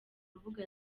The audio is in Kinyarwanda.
urubuga